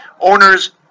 owners